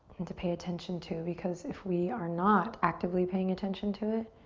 and to pay attention to, because if we are not actively paying attention to it,